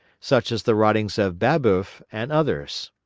such as the writings of babeuf and others.